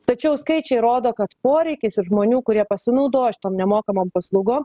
tačiau skaičiai rodo kad poreikis ir žmonių kurie pasinaudoja šitom nemokamom paslaugom